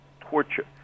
torture